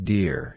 Dear